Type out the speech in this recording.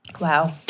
wow